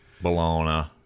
Bologna